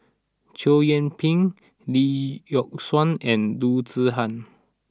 Chow Yian Ping Lee Yock Suan and Loo Zihan